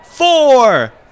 four